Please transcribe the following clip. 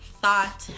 thought